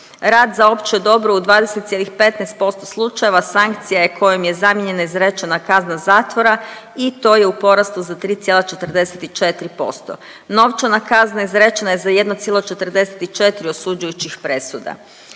Rad za opće dobro u 20,15% slučajeva sankcija je kojima je zamijenjena izrečena kazna zatvora i to je u porastu za 3,44%. Novčana kazna izrečena je za 1,44 osuđujućih presuda.